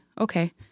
Okay